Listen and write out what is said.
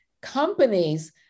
companies